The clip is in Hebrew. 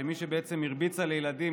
שמי שבעצם הרביצה לילדים,